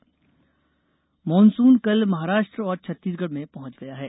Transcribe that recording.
मौसम मानसून कल महाराष्ट्र और छत्तीसगढ़ में पहॅच गया है